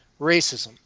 racism